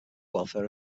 welfare